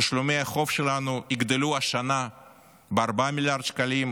תשלומי החוב שלנו יגדלו השנה ב-4 מיליארד שקלים,